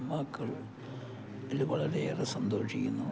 മക്കൾ ഇതിൽ വളരെയേറെ സന്തോഷിക്കുന്നു